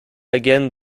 again